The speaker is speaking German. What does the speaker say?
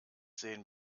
sehen